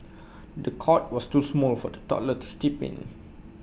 the cot was too small for the toddler to sleep in